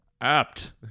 Apt